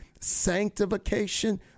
sanctification